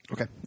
Okay